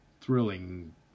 thrilling